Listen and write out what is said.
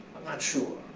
i'm not sure.